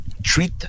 treat